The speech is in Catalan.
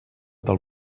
del